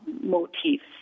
motifs